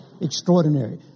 Extraordinary